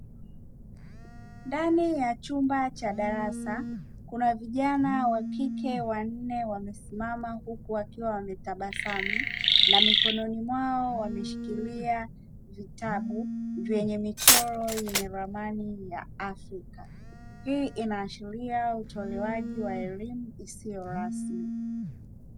Ndani ya chumba cha darasa kuna vijana wakike wanne wamesimama huku wakiwa wametabasamu na mikononi mwao wameshikiria vitabu venye michoro yenye ramani ya Afrika. Hii inaashiria utolewaji wa elimu isiyo rasmi.